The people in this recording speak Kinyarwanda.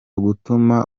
gutuma